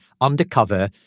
undercover